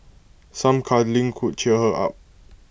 some cuddling could cheer her up